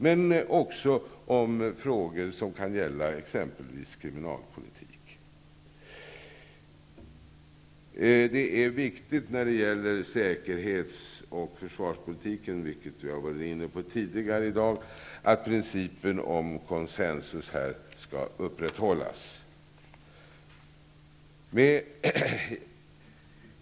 Detta gäller även frågor som t.ex. rör kriminalpolitik. När det gäller säkerhets och försvarspolitiken är det viktigt -- vilket vi har varit inne på tidigare i dag -- att principen om koncensus skall upprätthållas.